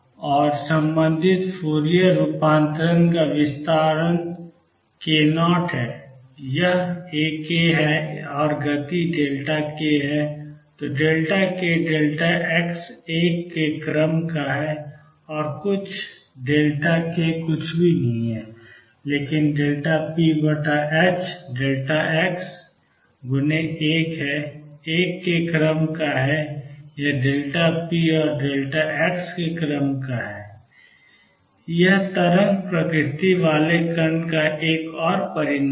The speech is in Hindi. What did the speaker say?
और संबंधित फूरियर रूपांतरण का विस्तार k0 है यह A k है और गति k है तो kx 1 के क्रम का है और k कुछ भी नहीं है लेकिन Δpx 1 के क्रम का है या p और x के क्रम का है यह तरंग प्रकृति वाले कण का एक और परिणाम है